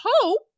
hope